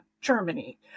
Germany